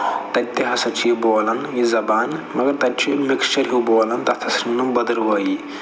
تتہِ تہِ ہَسا چھِ یہِ بولان یہِ زبان مگر تتہِ چھُ یہِ مِکٕسچر ہیوٗ بولان تتھ ہَسا چھِ ونان بدٕروٲہی